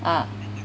ah